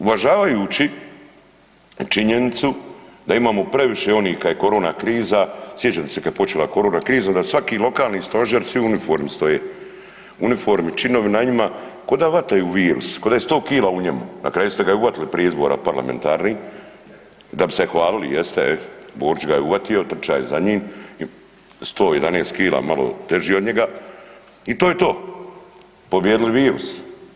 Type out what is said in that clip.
Uvažavajući činjenicu da imamo previše onih kad je korona kriza, sjećate se kad je počela korona kriza da svaki lokalni stožer svi u uniformi stoje, u uniformi, činovi na njima, koda vataju virus, koda je 100 kila u njemu, na kraju ste ga uvatili prije izbora parlamentarnih da bi se hvalili jeste, Borić ga je uvatio, trča je za njin i 111 kila, malo je teži od njega i to je to pobijedili virus.